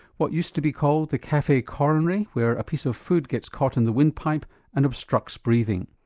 what used to be called the cafe coronary where a piece of food gets caught in the windpipe and obstructs breathing.